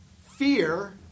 Fear